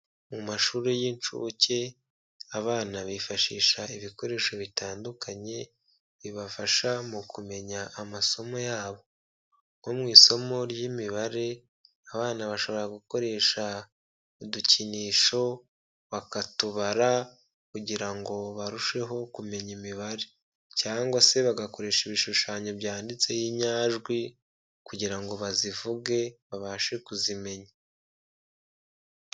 Mu mashuri y'inshuke abana bifashisha ibikoresho bitandukanye bibafasha mu kumenya amasomo yabo. Nko mu isomo ry'imibare abana bashobora gukoresha udukinisho, bakatubara kugira ngo barusheho kumenya imibare cyangwa se bagakoresha ibishushanyo byanditseho inyajwi kugira ngo bazivuge, babashe kuzimenya.